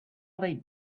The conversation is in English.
they